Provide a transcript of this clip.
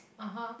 (uh huh)